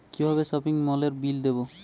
কিভাবে সপিং মলের বিল দেবো?